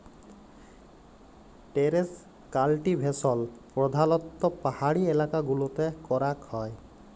terrace cultivation প্রধালত্ব পাহাড়ি এলাকা গুলতে ক্যরাক হ্যয়